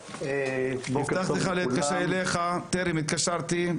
הבטחתי לך שאתקשר אליך וטרם התקשרתי,